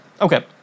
okay